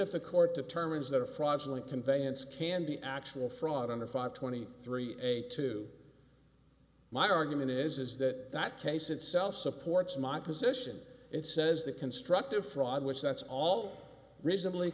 if the court determines that are fraudulent conveyance can be actual fraud under five twenty three a two my argument is that that case itself supports my position it says that constructive fraud which that's all reasonably